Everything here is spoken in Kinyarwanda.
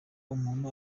umuntu